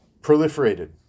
proliferated